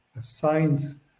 science